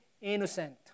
innocent